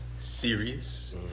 serious